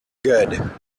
good